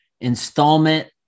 installment